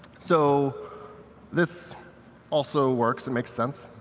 so this also works and makes sense,